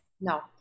No